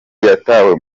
yatawe